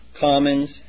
Commons